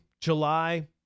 July